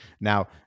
Now